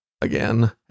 again